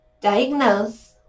diagnose